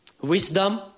wisdom